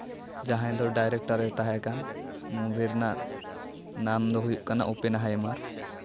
ᱡᱟᱦᱟᱸᱭ ᱫᱚ ᱰᱟᱭᱨᱮᱠᱴᱚᱨᱮ ᱛᱟᱦᱮᱸ ᱠᱟᱱ ᱢᱩᱵᱷᱤ ᱨᱮᱱᱟᱜ ᱱᱟᱢ ᱫᱚ ᱦᱩᱭᱩᱜ ᱠᱟᱱᱟ ᱳᱯᱮᱱ ᱦᱟᱭᱢᱟᱨ